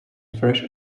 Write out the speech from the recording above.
fresh